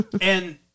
and-